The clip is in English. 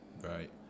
Right